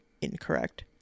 incorrect